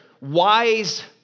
wise